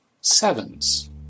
sevens